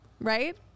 Right